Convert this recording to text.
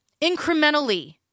Incrementally